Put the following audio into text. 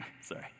sorry